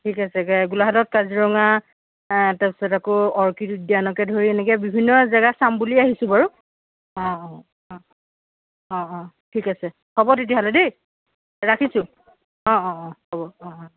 ঠিক আছে গে গোলাঘাটত কাজিৰঙা তাৰপিছত আকৌ অৰ্কিড উদ্যানকে ধৰি এনেকৈ বিভিন্ন জেগা চাম বুলিয়ে আহিছোঁ বাৰু অঁ অঁ অঁ অঁ অঁ ঠিক আছে হ'ব তেতিয়াহ'লে দেই ৰাখিছোঁ অঁ অঁ অঁ হ'ব অঁ অঁ